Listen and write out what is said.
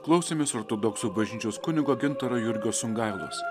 klausėmės ortodoksų bažnyčios kunigo gintaro jurgio sungailos